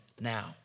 now